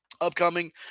upcoming